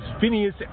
Phineas